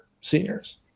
seniors